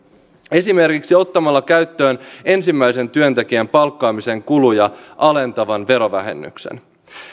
esimerkiksi ottamalla käyttöön ensimmäisen työntekijän palkkaamisen kuluja alentavan verovähennyksen